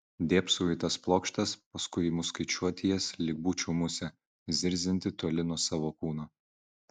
dėbsau į tas plokštes paskui imu skaičiuoti jas lyg būčiau musė zirzianti toli nuo savo kūno